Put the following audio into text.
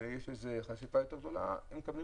ויש להם חשיפה יותר גדולה הם מקבלים